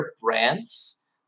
brands